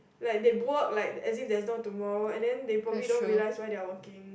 like they work like as if there's no tomorrow and then they probably don't realize why they are working